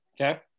Okay